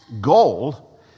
goal